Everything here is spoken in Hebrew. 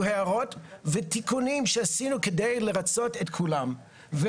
הערות ותיקונים שעשינו כדי לרצות את כולם.